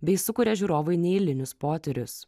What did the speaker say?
bei sukuria žiūrovui neeilinius potyrius